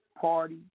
party